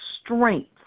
strength